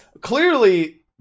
clearly